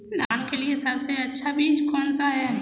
धान के लिए सबसे अच्छा बीज कौन सा है?